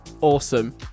awesome